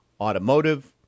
automotive